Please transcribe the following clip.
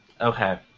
Okay